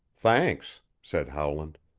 thanks, said howland.